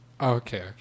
Okay